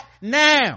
now